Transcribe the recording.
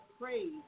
praise